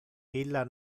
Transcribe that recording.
illa